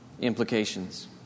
implications